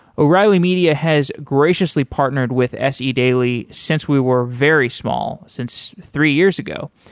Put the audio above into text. o'reilly media has graciously partnered with se daily since we were very small, since three years ago.